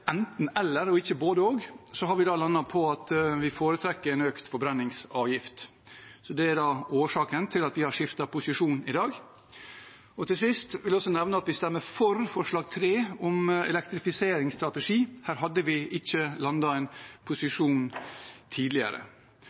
ikke et både–og – har vi landet på at vi foretrekker en økt forbrenningsavgift. Det er årsaken til at vi har skiftet posisjon i dag. Til sist vil jeg også nevne at vi stemmer for forslag nr. 3, om elektrifiseringsstrategi. Her hadde vi ikke landet noen posisjon tidligere.